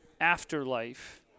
afterlife